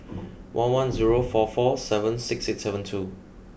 one one zero four four seven six eight seven two